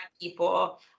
people